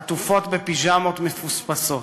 עטופות בפיג'מות מפוספסות.